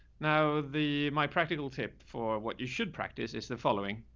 now, the, my practical tip for what you should practice is the following,